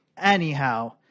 Anyhow